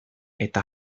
eta